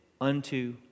unto